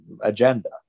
agenda